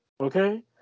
okay